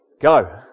go